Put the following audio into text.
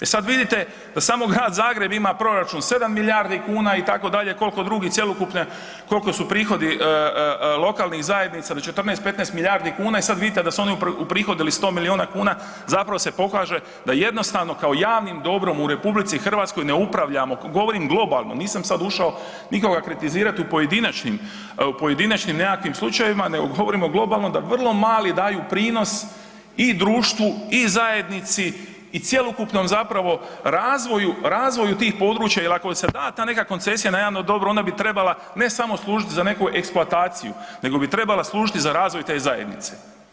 E sad vidite da samo Grad Zagreb ima proračun 7 milijardi kuna itd., koliko drugi cjelokupne, koliko su prihodi lokalnih zajednica od 14, 15 milijardi kuna i sad vidite da su oni uprihodili 100 miliona kuna zapravo se pokaže da jednostavno kao javnim dobrom u RH ne upravljamo, govorim globalno, nisam sad ušao nikoga kritizirati u pojedinačnim, pojedinačnim nekakvim slučajevima nego govorimo globalno da vrlo mali daju prinos i društvu i zajednici i cjelokupnom zapravo razvoju, razvoju tih područja jer ako se da ta neka koncesija na javno dobro onda bi trebala ne samo služiti za neku eksploataciju nego bi treba služiti za razvoj te zajednice.